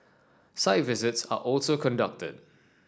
site visits are also conducted